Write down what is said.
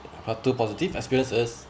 part two positive experiences